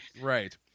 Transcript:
Right